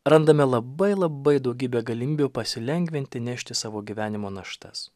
randame labai labai daugybę galimybių pasilengvinti nešti savo gyvenimo naštas